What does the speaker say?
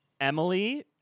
Emily